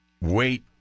wait